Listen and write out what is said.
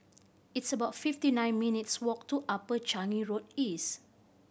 it's about fifty nine minutes' walk to Upper Changi Road East